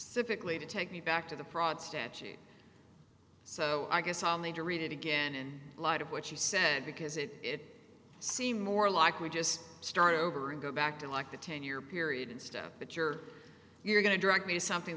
civically to take me back to the prods statute so i guess i'll need to read it again in light of what she said because it seemed more like we just start over and go back to like the ten year period and stuff but you're you're going to drag me something